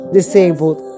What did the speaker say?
Disabled